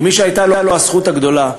כמי שהייתה לו הזכות הגדולה